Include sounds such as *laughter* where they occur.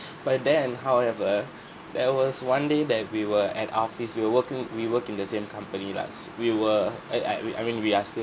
but then however *breath* there was one day that we were at office we were working we work in the same company lah we were eh I uh I mean we are still